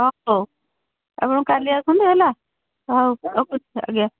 ହଁ ହଉ ଆପଣ କାଲି ଆସନ୍ତୁ ହେଲା ହଉ ରଖୁଛି ଆଜ୍ଞା